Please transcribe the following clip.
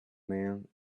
man